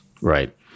Right